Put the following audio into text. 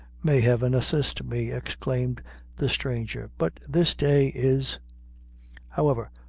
may heaven assist me! exclaimed the stranger, but this day is however,